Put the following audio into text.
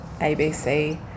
abc